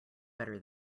better